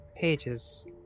pages